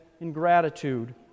ingratitude